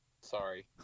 Sorry